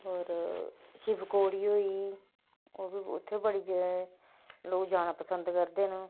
और शिबखोड़ी होई गेई ओह् बी उत्थै बी बड़े ज लोक जाना पसंद करदे न